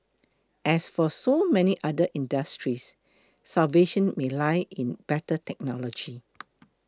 as for so many other industries salvation may lie in better technology